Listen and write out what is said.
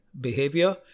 behavior